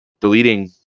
deleting